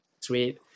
sweet